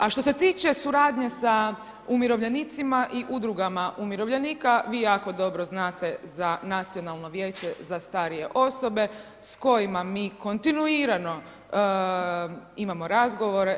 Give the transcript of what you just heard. A što ste tiče suradnje sa umirovljenicima i udrugama umirovljenika vi jako dobro znate za Nacionalno vijeće za starije osobe sa kojima mi kontinuirano imamo razgovore.